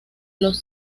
los